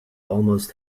almost